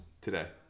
today